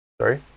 Sorry